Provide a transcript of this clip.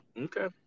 Okay